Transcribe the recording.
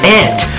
ant